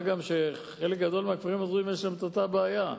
מה גם שחלק גדול מהכפרים הדרוזיים יש להם אותה בעיה,